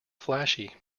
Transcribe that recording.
flashy